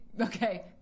Okay